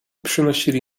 przynosili